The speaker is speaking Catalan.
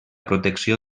protecció